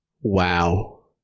Wow